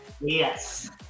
Yes